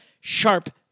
Sharp